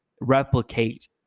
replicate